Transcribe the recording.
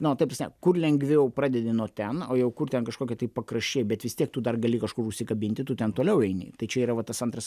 nu ta prasme kur lengviau pradedi nuo ten o jau kur ten kažkokie tai pakraščiai bet vis tiek tu dar gali kažkur užsikabinti tu ten toliau eini tai čia yra va tas antras